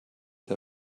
der